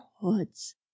hoods